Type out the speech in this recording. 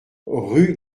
rue